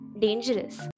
dangerous